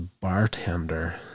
bartender